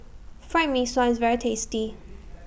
Fried Mee Sua IS very tasty